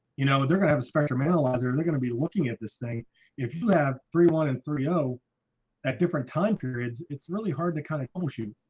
you know they're gonna have a spectrum analyzer. they're gonna be looking at this thing if you have three one and three hundred at different time periods it's really hard to kind of push you